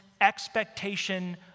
expectation